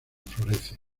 florece